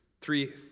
three